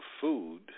food